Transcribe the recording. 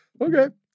Okay